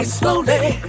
slowly